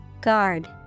Guard